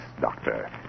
Doctor